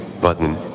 Button